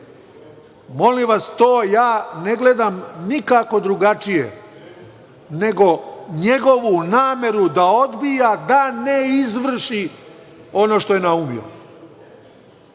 Molim vas, to ja ne gledam nikako drugačije nego njegovu nameru da odbija da ne izvrši ono što je naumio.U